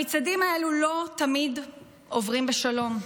המצעדים האלה לא תמיד עוברים בשלום.